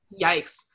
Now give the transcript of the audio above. Yikes